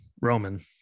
Roman